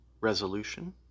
resolution